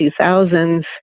2000s